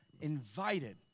invited